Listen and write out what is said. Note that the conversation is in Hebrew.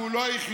והוא לא היחיד.